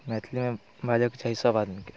मैथिलीमे बाजयके चाही सभ आदमीकेँ